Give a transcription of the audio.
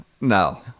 No